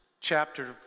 chapter